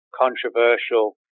controversial